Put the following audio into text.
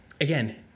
Again